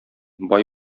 бай